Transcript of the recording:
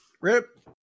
Rip